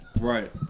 Right